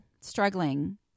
struggling